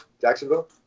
Jacksonville